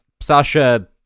Sasha